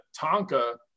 Tonka